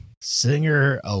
Singer